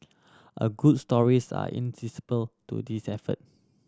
a good stories are to this effort